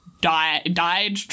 died